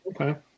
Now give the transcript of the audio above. Okay